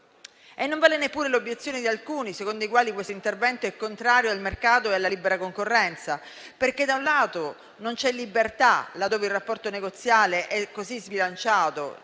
Non vale neppure l'obiezione di alcuni, secondo i quali questo intervento è contrario al mercato e alla libera concorrenza, da un lato, perché non c'è libertà, laddove il rapporto negoziale è così sbilanciato